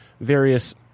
various